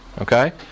Okay